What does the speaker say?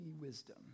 Wisdom